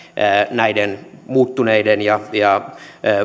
näiden muuttuneiden ja ja